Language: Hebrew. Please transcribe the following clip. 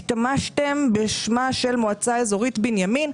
השתמשתם בשמה של מועצה אזורי בנימין.